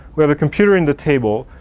where the computer in the table,